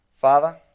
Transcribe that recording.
Father